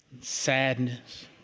sadness